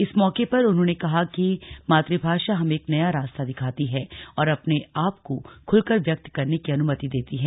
इस मौके पर उन्होंने कहा कि मातृभाषा हमें एक नया रास्ता दिखाती है और अपने आप को खुलकर व्यक्त करने की अनुमति देती है